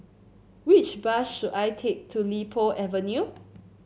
which bus should I take to Li Po Avenue